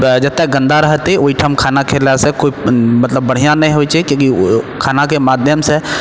जतऽ गन्दा रहतै ओहिठाम खाना खेलासँ कोइ मतलब बढ़िआँ नहि होइ छै कियाकि खानाके माध्यमसँ